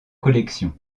collection